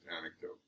anecdote